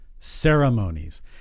ceremonies